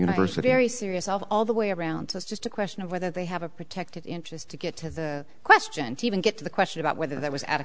university every serious of all the way around so it's just a question of whether they have a protected interest to get to the question to even get to the question about whether there was